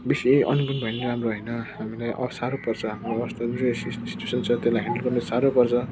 बेसी अनइम्प्लोएमेन्ट भयो भने राम्रो होइन हामीलाई साह्रो पर्छ हाम्रो अवस्था जे स्थिति सिच्वेसन छ त्यसलाई ह्यान्डल गर्न साह्रो पर्छ